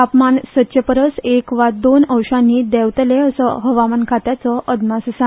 तापमान सदचे परस एक वा दोन अंशांनी देंवतले असो हवामान खात्याचो अदमास आसा